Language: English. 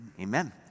Amen